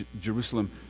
Jerusalem